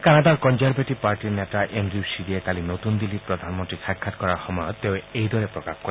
কানাডাৰ কনজাৰ্ভেটিভ পাৰ্টীৰ নেতা এণ্ডিউ য়িৰে কালি নতুন দিল্লীত প্ৰধানমন্ত্ৰীক সাক্ষাৎ কৰাৰ সময়ত তেওঁ এইদৰে প্ৰকাশ কৰে